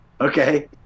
okay